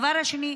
הדבר השני,